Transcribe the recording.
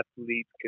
athletes